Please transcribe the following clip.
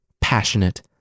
passionate